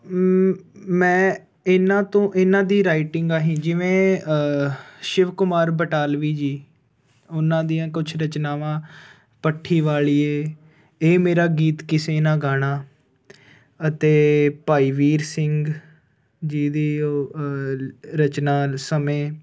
ਮੈਂ ਇਹਨਾਂ ਤੋਂ ਇਹਨਾਂ ਦੀ ਰਾਈਟਿੰਗ ਆ ਹੀ ਜਿਵੇਂ ਸ਼ਿਵ ਕੁਮਾਰ ਬਟਾਲਵੀ ਜੀ ਉਨਾਂ ਦੀਆਂ ਕੁਛ ਰਚਨਾਵਾਂ ਭੱਠੀ ਵਾਲੀਏ ਇਹ ਮੇਰਾ ਗੀਤ ਕਿਸੇ ਨਾ ਗਾਣਾ ਅਤੇ ਭਾਈ ਵੀਰ ਸਿੰਘ ਜੀ ਦੀ ਉਹ ਰਚਨਾ ਸਮੇਂ